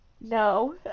No